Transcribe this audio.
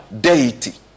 deity